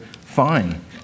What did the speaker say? fine